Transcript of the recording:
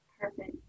Perfect